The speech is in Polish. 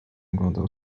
oglądał